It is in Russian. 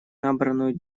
набранную